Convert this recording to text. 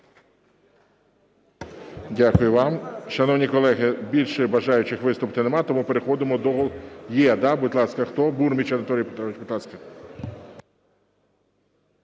Дякую вам. Шановні колеги, більше бажаючих виступити нема, тому переходимо до…